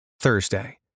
Thursday